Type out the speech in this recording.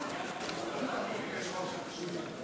אדוני.